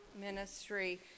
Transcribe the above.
Ministry